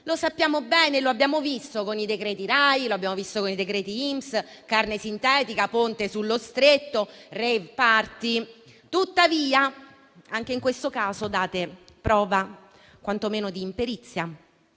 Lo sappiamo bene, lo abbiamo visto con i decreti Rai, INPS, carne sintetica, ponte sullo Stretto, *rave party*. Tuttavia, anche in questo caso date prova quantomeno di imperizia.